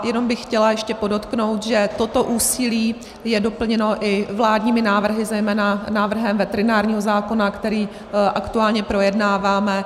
Jen bych chtěla ještě podotknout, že toto úsilí je doplněno i vládními návrhy, zejména návrhem veterinárního zákona, který aktuálně projednáváme.